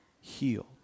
healed